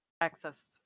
access